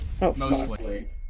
Mostly